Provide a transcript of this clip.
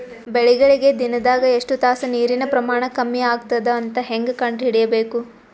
ಬೆಳಿಗಳಿಗೆ ದಿನದಾಗ ಎಷ್ಟು ತಾಸ ನೀರಿನ ಪ್ರಮಾಣ ಕಮ್ಮಿ ಆಗತದ ಅಂತ ಹೇಂಗ ಕಂಡ ಹಿಡಿಯಬೇಕು?